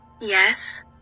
yes